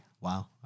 Wow